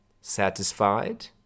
satisfied